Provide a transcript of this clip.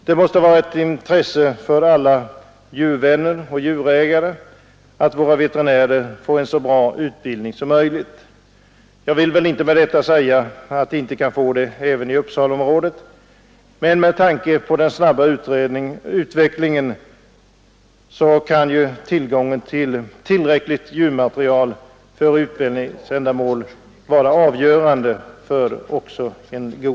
Det måste vara ett intresse för alla djurvänner och djurägare att våra veterinärer får en så bra utbildning som möjligt. Jag vill inte med detta säga att de inte kan få det även i Uppsalaområdet, men med tanke på den snabba utvecklingen kan tillgången till tillräckligt djurmaterial för utbildningsändamål bli avgörande.